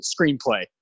screenplay